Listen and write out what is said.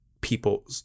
people